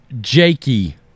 Jakey